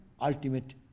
ultimate